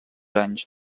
anys